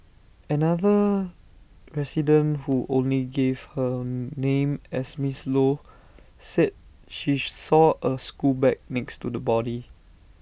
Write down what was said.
another resident who only gave her name as miss low said she saw A school bag next to the body